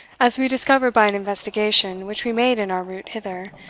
as we discovered by an investigation which we made in our route hither,